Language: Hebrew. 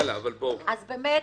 אז באמת,